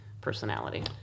personality